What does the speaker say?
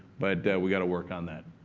but we gotta work on that.